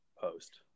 post